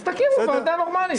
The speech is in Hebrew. אז תקימו ועדה נורמאלית.